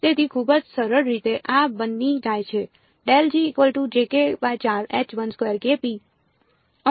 તેથી ખૂબ જ સરળ રીતે આ બની જાય છે અને